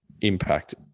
impact